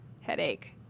headache